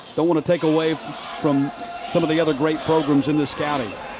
don't want to take away from some of the other great programs in the county,